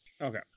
okay